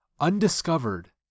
undiscovered